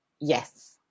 Yes